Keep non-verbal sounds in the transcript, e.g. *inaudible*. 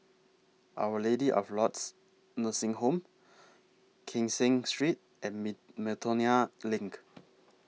Our Lady of Lourdes Nursing Home Kee Seng Street and *unintelligible* Miltonia LINK